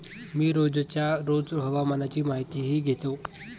मी रोजच्या रोज हवामानाची माहितीही घेतो